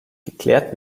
geklärt